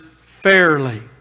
fairly